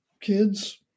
kids